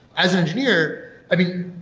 as an engineer, i mean,